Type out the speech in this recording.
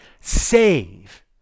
save